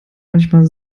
manchmal